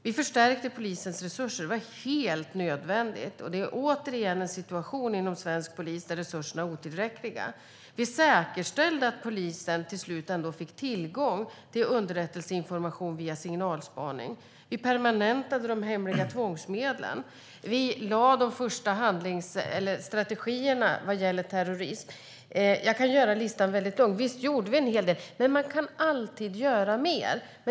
Vi förstärkte polisens resurser, vilket var helt nödvändigt. Det är återigen en situation inom svensk polis där resurserna är otillräckliga. Vi säkerställde att polisen till slut ändå fick tillgång till underrättelseinformation via signalspaning. Vi permanentade de hemliga tvångsmedlen. Vi lade fast de första handlingsstrategierna vad gäller terrorism. Jag kan göra listan väldigt lång. Visst gjorde vi en hel del, men man kan alltid göra mer.